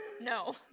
No